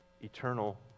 Eternal